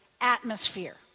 atmosphere